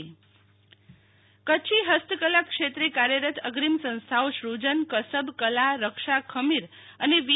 શીતલ વૈશ્નવ શ્રજન સંસ્થા કચ્છી હસ્તકલા ક્ષેત્રે કાર્યરત અગ્રીમ સંસ્થાઓ શ્રજન કસબ કલા રક્ષા ખમીર અને વી